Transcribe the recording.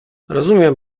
rozumiem